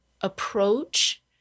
approach